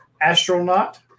Astronaut